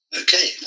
Okay